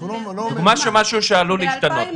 אנחנו לא --- תני לנו דוגמה למשהו שעלול להשתנות.